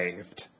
saved